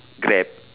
grab